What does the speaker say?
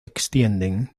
extienden